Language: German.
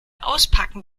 auspacken